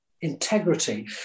integrity